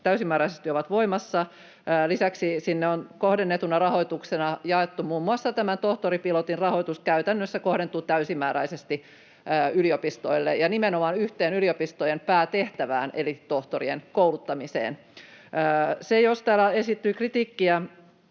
ovat voimassa. Lisäksi sinne on kohdennettuna rahoituksena jaettu muun muassa tämä tohtoripilotin rahoitus, joka käytännössä kohdentuu täysimääräisesti yliopistoille, ja nimenomaan yhteen yliopistojen päätehtävään eli tohtorien kouluttamiseen. Täällä on esitetty kritiikkiä